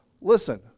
Listen